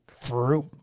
Fruit